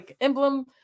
emblem